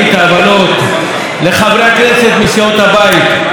לחברי הכנסת מסיעות הבית על שיתוף הפעולה,